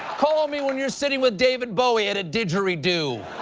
call me when you're sitting with david bowie at a didgeridoo.